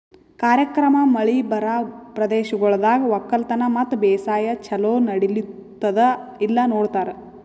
ಕಾರ್ಯಕ್ರಮ ಮಳಿ ಬರಾ ಪ್ರದೇಶಗೊಳ್ದಾಗ್ ಒಕ್ಕಲತನ ಮತ್ತ ಬೇಸಾಯ ಛಲೋ ನಡಿಲ್ಲುತ್ತುದ ಇಲ್ಲಾ ನೋಡ್ತಾರ್